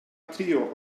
trio